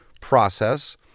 process